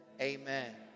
amen